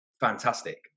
fantastic